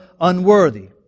unworthy